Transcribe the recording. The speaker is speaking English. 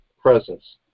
presence